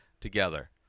together